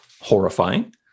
horrifying